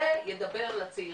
זה ידבר לצעירים.